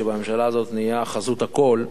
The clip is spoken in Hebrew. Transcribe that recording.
בממשלה הזאת נהיה חזות הכול,